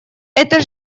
это